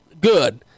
good